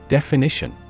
Definition